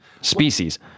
species